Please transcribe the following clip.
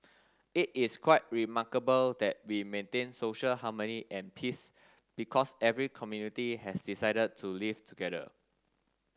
it is quite remarkable that we maintain social harmony and peace because every community has decided to live together